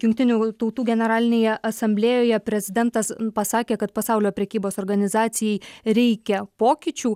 jungtinių tautų generalinėje asamblėjoje prezidentas pasakė kad pasaulio prekybos organizacijai reikia pokyčių